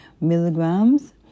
milligrams